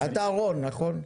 אתה רון נכון?